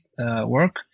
work